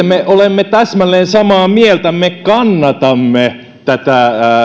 me olemme täsmälleen samaa mieltä me kannatamme tätä